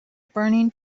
burning